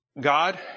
God